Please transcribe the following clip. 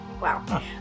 Wow